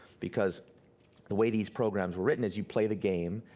because the way these programs were written is you play the game,